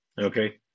Okay